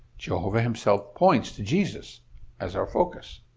jehovah himself points to jesus as our focus.